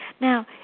Now